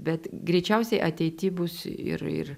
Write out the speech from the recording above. bet greičiausiai ateity bus ir ir